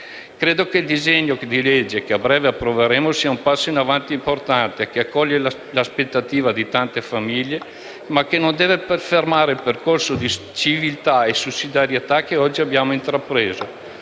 Credo che il disegno legge che a breve approveremo sia un passo in avanti importante, che accoglie l'aspettativa di tante famiglie, ma che non deve fermare il percorso di civiltà e sussidiarietà che oggi abbiamo intrapreso.